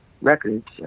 records